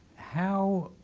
how